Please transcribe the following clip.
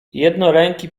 jednoręki